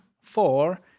four